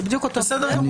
זה בדיוק אותו דבר.